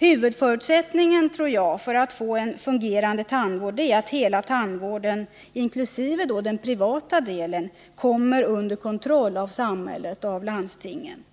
Huvudförutsättningen för att få en fungerande tandvård är att hela tandvården, inkl. den privata delen, kommer under kontroll av samhället, av landstingen.